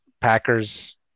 Packers